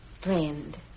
friend